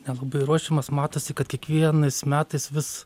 nelabai ruošiamas matosi kad kiekvienais metais vis